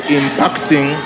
impacting